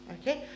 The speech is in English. Okay